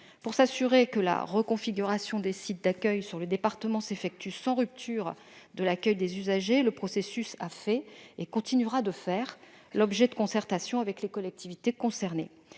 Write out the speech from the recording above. Pour s'assurer que la reconfiguration des sites d'accueil sur le département s'effectue sans rupture de l'accueil des usagers, le processus a fait et continuera de faire l'objet de concertations avec les collectivités concernées.